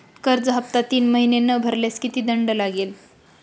कर्ज हफ्ता तीन महिने न भरल्यास किती दंड लागेल?